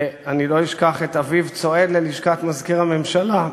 ואני לא אשכח את אביו צועד ללשכת מזכיר הממשלה,